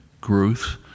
growth